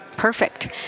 Perfect